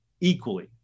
equally